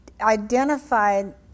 identified